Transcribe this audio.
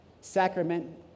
sacrament